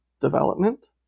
development